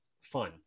fun